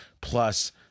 plus